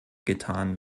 getan